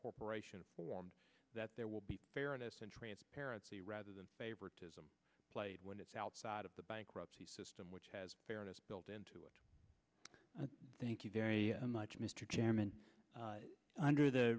corporation formed that there will be parent transparency rather than favoritism played when it's outside of the bankruptcy system which has fairness built into it thank you very much mr chairman under the